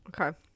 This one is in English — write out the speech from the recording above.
Okay